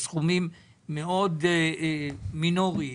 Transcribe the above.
בסכומים מאוד מינוריים